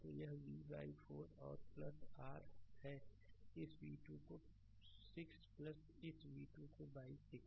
तो यह v 4 और r है इस v2 को 6 इस v2 बाइ 6